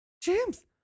James